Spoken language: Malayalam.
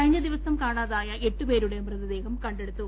കഴിഞ്ഞ ദിവസം കാണാതായ എട്ടുപേരുടെ മൃതദേഹം കണ്ടെടുത്തു